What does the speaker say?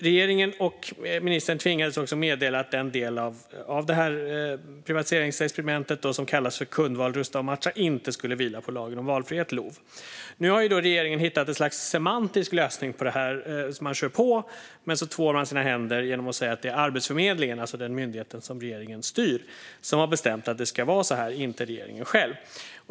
Regeringen och ministern tvingades också meddela att den del av detta privatiseringsexperiment som kallas för Kundval rusta och matcha inte skulle vila på lagen om valfrihet, LOV. Nu har regeringen hittat ett slags semantisk lösning på detta. Man kör på men tvår sina händer genom att säga att det är Arbetsförmedlingen, alltså den myndighet som regeringen styr, som har bestämt att det ska vara så här, inte regeringen själv.